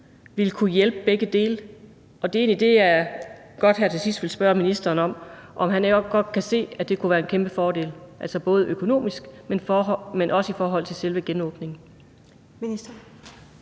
ville kunne hjælpe på begge dele. Det, jeg her til sidst godt vil spørge ministeren om, er, om han ikke godt kan se, at det kunne være en kæmpe fordel både økonomisk, men også i forhold til selve genåbningen.